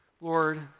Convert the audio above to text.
Lord